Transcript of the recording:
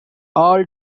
all